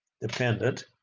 dependent